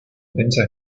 tensa